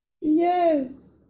Yes